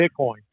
Bitcoin